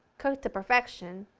cooked to perfection,